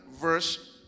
verse